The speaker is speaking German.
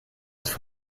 jetzt